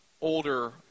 older